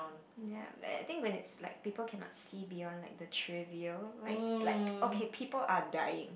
ya I think when it's like people cannot see beyond like the trivial like like okay people are dying